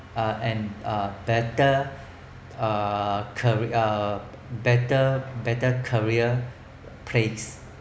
uh and uh better uh carre~ or better better career place